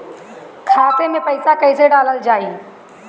खाते मे पैसा कैसे डालल जाई?